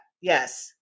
yes